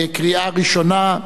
קריאה ראשונה,